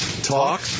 talk